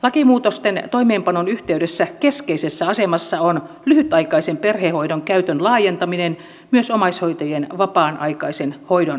lakimuutosten toimeenpanon yhteydessä keskeisessä asemassa on lyhytaikaisen perhehoidon käytön laajentaminen myös omaishoitajien vapaan aikaisen hoidon järjestämisessä